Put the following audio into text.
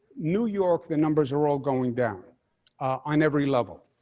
new york, the numbers are all going down on every level.